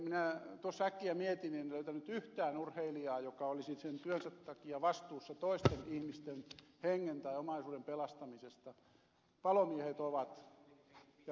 minä tuossa äkkiä mietin ja en löytänyt yhtään urheilijaa joka olisi sen työnsä takia vastuussa toisten ihmisten hengen tai omaisuuden pelastamisesta palomiehet ovat